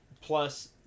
Plus